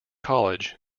college